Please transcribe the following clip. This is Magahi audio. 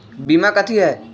बीमा कथी है?